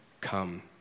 come